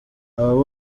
abo